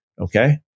Okay